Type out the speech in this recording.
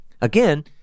Again